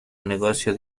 negocio